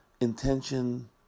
Intention